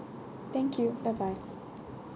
thank you bye bye